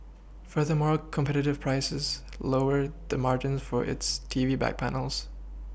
furthermore competitive prices lower the margin for its T V back panels